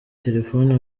telefone